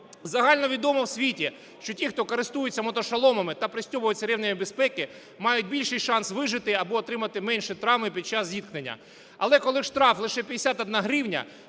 Загальновідомо в світі, що ті хто користуються мотошоломами та пристьобуються ременями безпеки мають більший шанс вижити або отримати менше травм під час зіткнення. Але коли штраф лише 51 гривня,